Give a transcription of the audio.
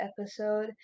episode